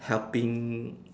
helping